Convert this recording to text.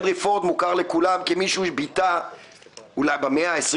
הנרי פורד מוכר לכולם כמי שביטא במאה ה-20